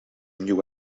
new